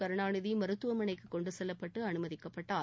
கருணாநிதி மருத்துவமனைக்கு கொண்டுசெல்லப்பட்டு அனுமதிக்கப்பட்டார்